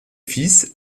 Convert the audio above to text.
fils